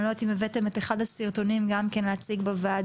אני לא יודעת אם הבאתם את אחד הסרטונים גם להציג בוועדה,